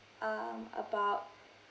um about